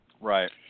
Right